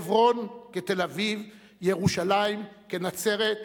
חברון כתל-אביב, ירושלים כנצרת.